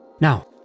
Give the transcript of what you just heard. Now